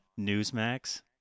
Newsmax